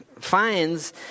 finds